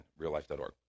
reallife.org